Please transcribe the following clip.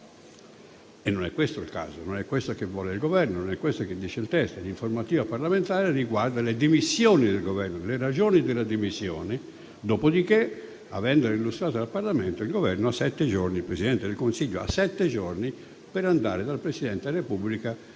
e non è questo il caso, non è questo che vuole il Governo, non è questo che dice il testo: l'informativa parlamentare riguarda le dimissioni del Governo, le ragioni delle dimissioni. Dopodiché, avendole illustrate al Parlamento, il Presidente del Consiglio ha sette giorni per andare dal Presidente della Repubblica